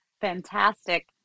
fantastic